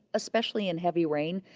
especially in heavy rain.